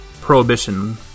prohibition